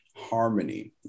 harmony